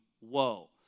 woe